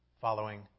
following